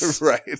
Right